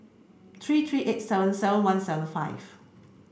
three three eight seven seven one seven five